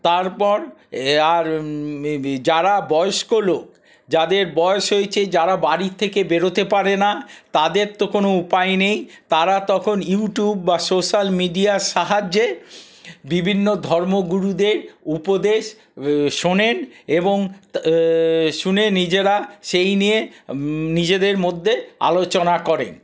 তারপর এ আর যারা বয়েস্ক লোক যাদের বয়েস হয়েছে যারা বাড়ি থেকে বেরোতে পারে না তাদের তো কোনো উপায় নেই তারা তখন ইউটিউব বা সোশ্যাল মিডিয়ার সাহায্যে বিভিন্ন ধর্মগুরুদের উপদেশ শোনেন এবং শুনে নিজেরা সেই নিয়ে নিজেদের মধ্যে আলোচনা করেন